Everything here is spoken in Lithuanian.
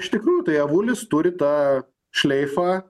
iš tikrųjų tai avulis turi tą šleifą